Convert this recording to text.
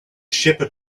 shepherd